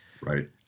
Right